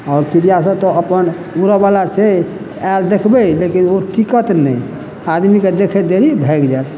आओर चिड़िया से तऽ अपन उड़ऽ बला छै आयल देखबै लेकिन ओ टिकत नहि आदमीके देखैत भागि जायत